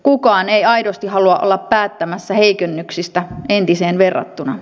kukaan ei aidosti halua olla päättämässä heikennyksistä entiseen verrattuna